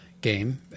game